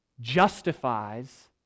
justifies